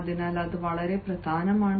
അതിനാൽ അത് വളരെ പ്രധാനമാണ്